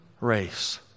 race